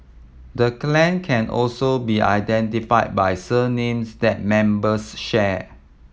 the clan can also be identified by surnames that members share